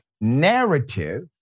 narrative